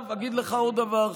עכשיו אגיד לך עוד דבר,